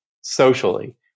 socially